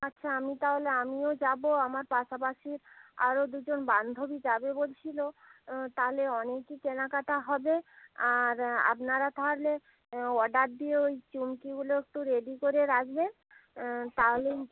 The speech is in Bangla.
আচ্ছা আমি তাহলে আমিও যাব আমার পাশাপাশি আরও দুজন বান্ধবী যাবে বলছিলো তাহলে অনেকই কেনাকাটা হবে আর আপনারা তাহলে অর্ডার দিয়ে ঐ চুমকিগুলো একটু রেডি করে রাখবেন তাহলেই